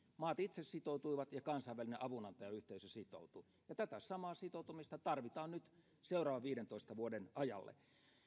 maat itse sitoutuivat ja kansainvälinen avunantajayhteisö sitoutui ja tätä samaa sitoutumista tarvitaan nyt seuraavan viidentoista vuoden ajalle